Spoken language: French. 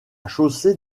chaussée